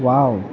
wow